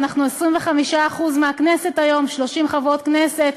אנחנו 25% מהכנסת היום, 30 חברות כנסת.